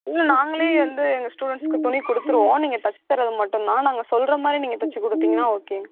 இல்லை நாங்களே வந்து எங்கள் ஸ்டூடண்ட்ஸ்க்குத் துணி கொடுத்துருவோம் நீங்கள் தச்சித் தர்றது மட்டும்தான் நாங்கள் சொல்லுற மாதிரி நீங்கள் தச்சிக் கொடுத்தீங்கன்னா ஓகேங்க